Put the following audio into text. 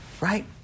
right